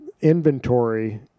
inventory